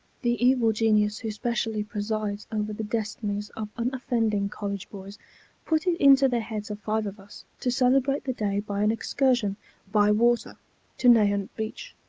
the evil genius who specially presides over the destinies of unoffending college boys put it into the heads of five of us to celebrate the day by an excursion by water to nahant beach.